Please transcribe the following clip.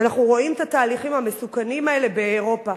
ואנחנו רואים את התהליכים המסוכנים האלה באירופה.